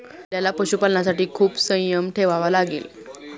आपल्याला पशुपालनासाठी खूप संयम ठेवावा लागेल